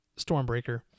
Stormbreaker